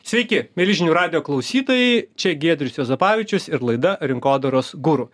sveiki mieli žinių radijo klausytojai čia giedrius juozapavičius ir laida rinkodaros guru